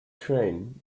train